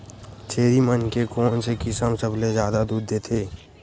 छेरी मन के कोन से किसम सबले जादा दूध देथे?